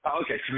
Okay